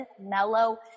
mellow